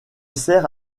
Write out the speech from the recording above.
sert